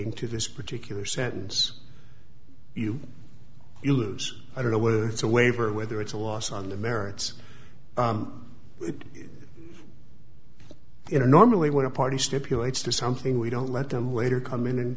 to this particular sentence you lose i don't know whether it's a waiver or whether it's a loss on the merits you know normally when a party stipulates to something we don't let them later come in and